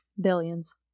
Billions